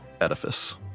edifice